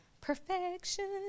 perfection